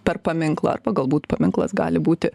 per paminklą arba galbūt paminklas gali būti